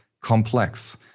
complex